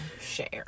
share